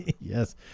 Yes